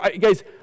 Guys